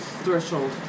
Threshold